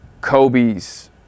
Kobe's